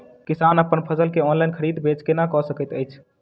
किसान अप्पन फसल केँ ऑनलाइन खरीदै बेच केना कऽ सकैत अछि?